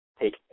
Take